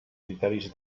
criteris